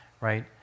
right